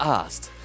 asked